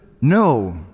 No